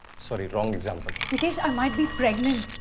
sorry, wrong example. mikesh, i might be pregnant.